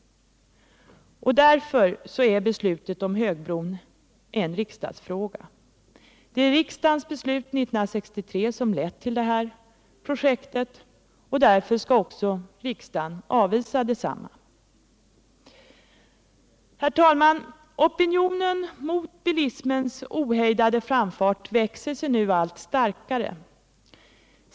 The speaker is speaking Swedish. Därför är beslutet om högbron en riksdagsfråga. Det är riksdagens beslut 1963 som lett till detta projekt, och därför skall också riksdagen avvisa det. Herr talman! Opinionen mot bilismens ohejdade framfart växer sig nu allt starkare.